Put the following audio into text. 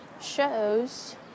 shows